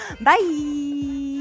Bye